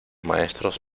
maestros